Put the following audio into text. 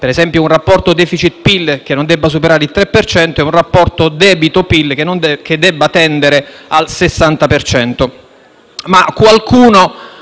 per esempio un rapporto *deficit*-PIL che non debba superare il 3 per cento, e un rapporto debito-PIL che debba tendere al 60